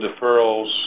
deferrals